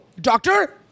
doctor